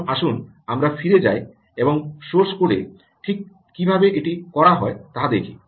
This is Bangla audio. এখন আসুন আমরা ফিরে যাই এবং সোর্স কোডে ঠিক কীভাবে এটি করা হয় তা দেখি